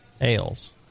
ales